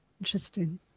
Interesting